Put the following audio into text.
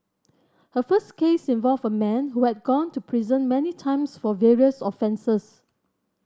her first case involved a man who had gone to prison many times for various offences